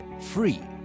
free